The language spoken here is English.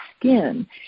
skin